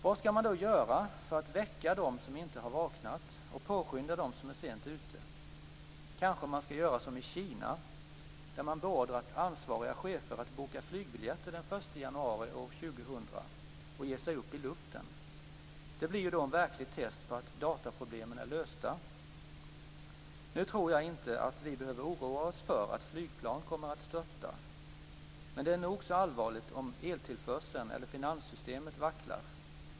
Vad skall man då göra för att väcka dem som inte vaknat och skynda på dem som är sent ute? Kanske man skall göra som i Kina, där man beordrat ansvariga chefer att boka flygbiljetter den 1 januari år 2000 och ge sig upp i luften. Det blir ju då ett verkligt test på att dataproblemen är lösta. Nu tror jag inte att vi behöver oroa oss för att flygplan kommer att störta, men det är nog så allvarligt om eltillförseln eller finanssystemet vacklar.